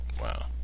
Wow